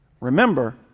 remember